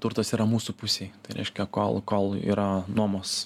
turtas yra mūsų pusėj tai reiškia kol kol yra nuomos